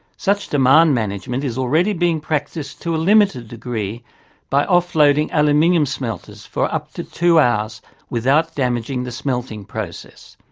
such demand management is already being practised to a limited degree by offloading aluminium smelters for up to two hours without damaging the smelting process.